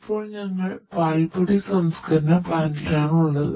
ഇപ്പോൾ ഞങ്ങൾ പാൽപ്പൊടി സംസ്കരണ പ്ലാന്റിലാണ് ഉള്ളത്